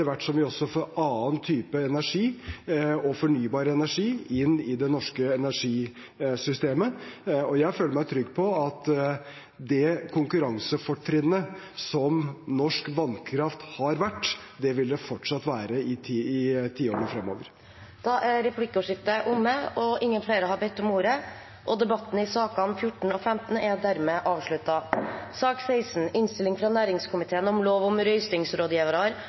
som vi også får annen type energi og fornybar energi inn i det norske energisystemet. Jeg føler meg trygg på at det konkurransefortrinnet som norsk vannkraft har vært, fortsatt vil være det i tiårene fremover. Replikkordskiftet er omme. Flere har ikke bedt om ordet til sakene nr. 14 og 15. Ingen har bedt om ordet. Da er Stortinget klar til å gå til votering. Stortinget går først til votering over resterende saker fra